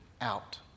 out